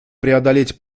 преодолеть